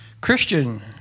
Christian